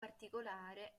particolare